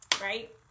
right